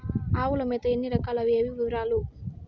ఆవుల మేత ఎన్ని రకాలు? అవి ఏవి? వివరాలు?